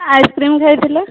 ice cream ଖାଇଥିଲା